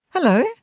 Hello